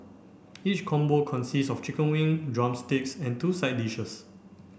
each combo consists of chicken wing drumsticks and two side dishes